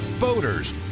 Boaters